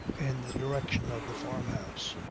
in the direction of the farmhouse.